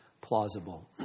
plausible